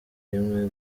rimwe